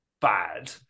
bad